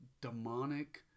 demonic